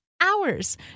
hours